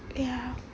ya